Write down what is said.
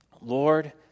Lord